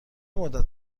مدت